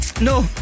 No